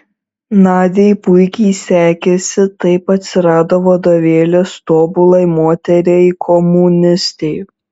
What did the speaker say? nadiai puikiai sekėsi taip atsirado vadovėlis tobulai moteriai komunistei